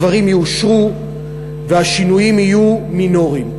הדברים יאושרו והשינויים יהיו מינוריים.